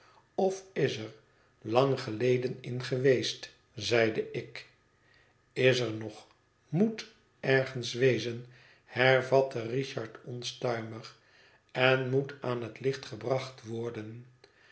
of is er lang geleden in geweest zeide ik is er nog moet ergens wezen hervatte richard onstuimig en moet aan het licht gebracht worden